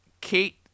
Kate